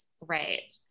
Right